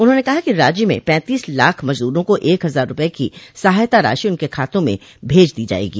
उन्होंने कहा कि राज्य में पैंतीस लाख मजदूरों को एक हजार रुपये की सहायता राशि उनके खातों में भेज दी जाएगी